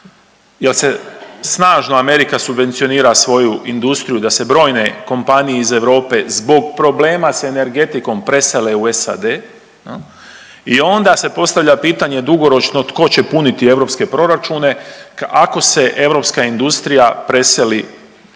jer se snažno Amerika subvencionira svoju industriju da se brojne kompanije iz Europe zbog problema s energetikom presele u SAD jel. I onda se postavlja pitanje dugoročno tko će puniti europske proračune ako se europska industrija preseli tamo